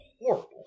horrible